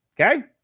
Okay